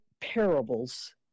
parables